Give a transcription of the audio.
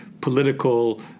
political